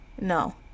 No